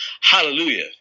hallelujah